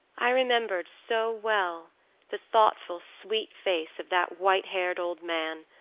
i remembered so well the thoughtful sweet face of that white-haired old man,